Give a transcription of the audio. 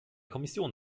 kommission